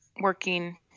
working